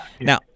Now